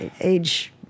Age